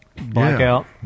blackout